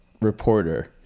reporter